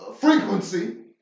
frequency